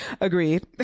Agreed